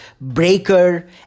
Breaker